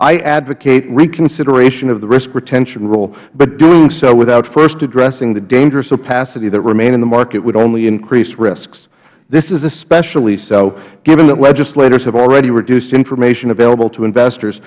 i advocate reconsideration of the risk retention rule but doing so without first addressing the dangerous opacity that remain in the market would only increase risks this is especially so given that legislators have already reduced information available to investors